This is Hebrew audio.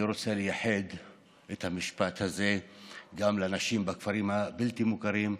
אני רוצה לייחד את המשפט הזה גם לנשים בכפרים הבלתי-מוכרים,